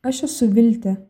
aš esu viltė